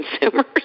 consumers